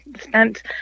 spent